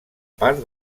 part